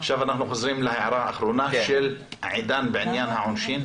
עכשיו אנחנו חוזרים להערה האחרונה של עידן בעניין העונשין.